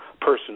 person